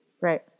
Right